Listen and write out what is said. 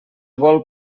vol